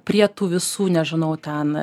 prie tų visų nežinau ten